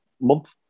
month